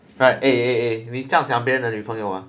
right eh eh 你这样讲别人的女朋友啊